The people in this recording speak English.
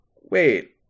wait